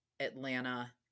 Atlanta